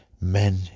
Men